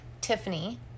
Tiffany